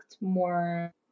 more